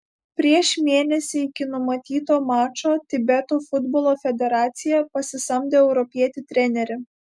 prieš mėnesį iki numatyto mačo tibeto futbolo federacija pasisamdė europietį trenerį